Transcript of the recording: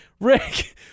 Rick